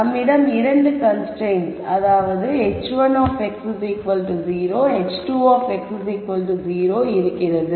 நம்மிடம் இரண்டு constraints h1 0 h2 0 இருக்கிறது